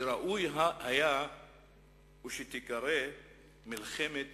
שראוי היה שתיקרא "מלחמת